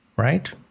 right